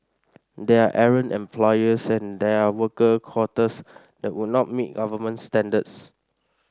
there are errant employers and there are worker quarters that would not meet government standards